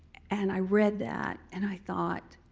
and i read that and i thought,